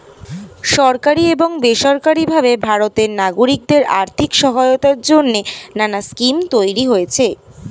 সরকারি এবং বেসরকারি ভাবে ভারতের নাগরিকদের আর্থিক সহায়তার জন্যে নানা স্কিম তৈরি হয়েছে